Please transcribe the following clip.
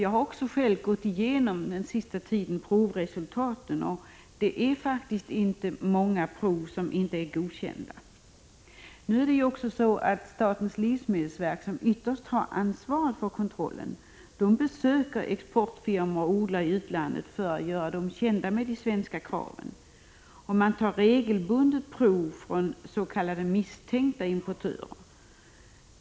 Jag har själv den senaste tiden gått igenom 14 maj 1986 provresultaten och funnit att det faktiskt inte är många prov vilkas resultat inte är godkända. Statens livsmedelsverk, som ytterst har ansvaret för kontrollen, besöker exportfirmor och odlare i utlandet för att göra de svenska kraven kända. Prov tas regelbundet på varor från s.k. misstänkta importörer.